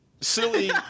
silly